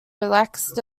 relax